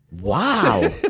Wow